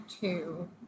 two